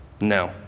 No